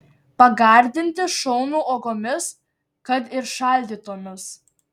pagardinti šaunu uogomis kad ir šaldytomis